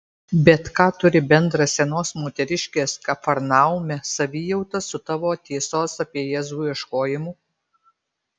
bet ką turi bendra senos moteriškės kafarnaume savijauta su tavo tiesos apie jėzų ieškojimu